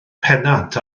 pennant